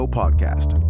podcast